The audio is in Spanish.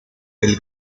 del